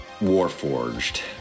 warforged